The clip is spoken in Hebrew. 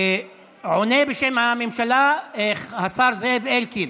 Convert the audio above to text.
עונה בשם הממשלה השר זאב אלקין.